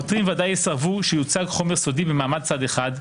העותרים ודאי יסרבו שיוצג חומר סודי במעמד צד אחד,